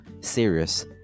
serious